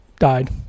died